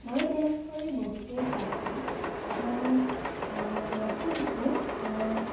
মই ডেন্স কৰি বহুতেই ভালপাওঁ মই ডেন্সো শিকোঁ মই